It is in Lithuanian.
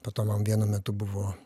po to man vienu metu buvo